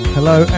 Hello